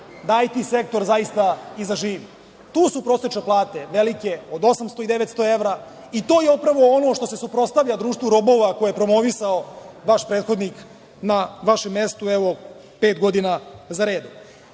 da IT sektor zaista i zaživi. Tu su prosečne plate velike, od 800 i 900 evra, i to je upravo ono što se suprotstavlja društvu robova koje je promovisao vaš prethodnik na vašem mestu evo pet godina za redom.